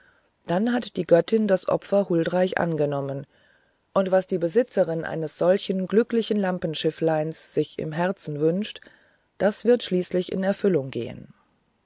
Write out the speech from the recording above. dann hat die göttin das opfer huldreich angenommen und was die besitzerin eines solchen glücklichen lampenschiffleins sich im herzen wünscht das wird gewißlich in erfüllung gehen